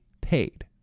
paid